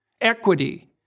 Equity